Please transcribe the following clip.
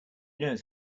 knows